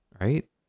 right